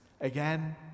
Again